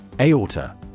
Aorta